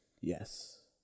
yes